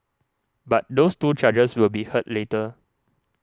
but those two charges will be heard later